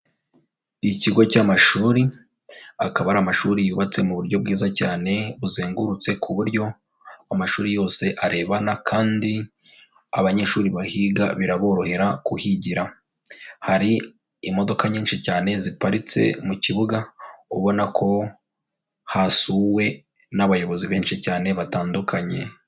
Ikigo cy'amashuri akaba ari amashuri yubatse mu buryo bwiza cyane buzengurutse, ku buryo amashuri yose arebana kandi abanyeshuri bahiga biraborohera kuhigira, hari imodoka nyinshi cyane ziparitse mu kibuga ubona ko hasuwe n'abayobozi benshi cyane batandukanye.